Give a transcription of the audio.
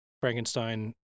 Frankenstein